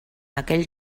aquell